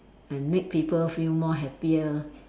and make people feel more happier